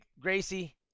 Gracie